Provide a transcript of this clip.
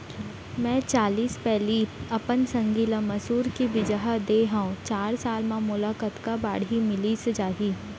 मैं चालीस पैली अपन संगी ल मसूर के बीजहा दे हव चार साल म मोला कतका बाड़ही मिलिस जाही?